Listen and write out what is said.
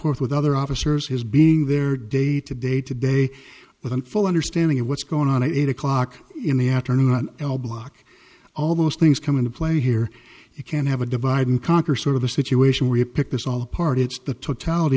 forth with other officers his being there day to day to day with in full understanding of what's going on eight o'clock in the afternoon on el block almost things come into play here you can have a divide and conquer sort of a situation where you pick this all apart it's the t